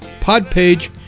Podpage